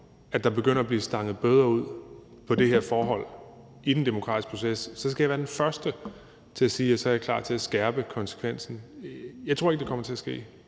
at der begynder at blive stanget bøder ud på baggrund af det her forhold i den demokratiske proces, så skal jeg være den første til at sige, at jeg er klar til at skærpe konsekvensen. Jeg tror ikke, det kommer til at ske,